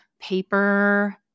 paper